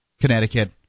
Connecticut